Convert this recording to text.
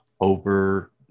over